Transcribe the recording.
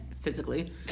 physically